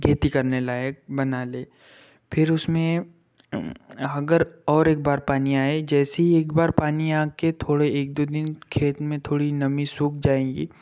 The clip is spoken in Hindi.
खेती करने लायक बना लें फिर उसमें अगर और एक बार पानी आए जैसे ही एक बार पानी आके थोड़े एक दो दिन खेत में थोड़ी नमी सूख जाएगी